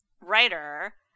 writer